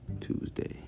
Tuesday